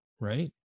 right